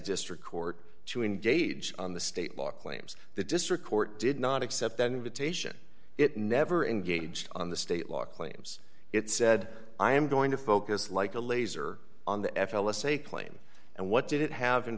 district court to engage on the state law claims the district court did not accept an invitation it never engaged on the state law claims it said i am going to focus like a laser on the f l s a claim and what did it have in